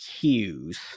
cues